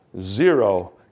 Zero